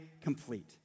complete